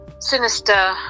Sinister